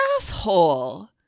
asshole